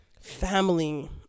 family